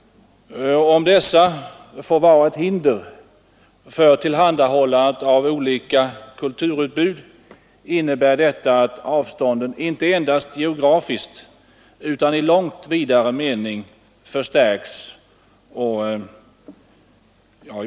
Om avstånden får vara ett hinder för kulturutbudet, innebär detta att de manifesteras inte endast geografiskt utan i långt vidare mening.